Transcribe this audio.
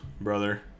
Brother